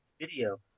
video